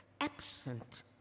absent